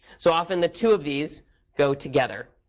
so often, the two of these go together.